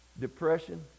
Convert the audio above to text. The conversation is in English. Depression